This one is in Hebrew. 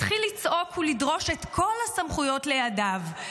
התחיל לצעוק ולדרוש את כל הסמכויות לידיו.